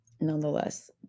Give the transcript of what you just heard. Nonetheless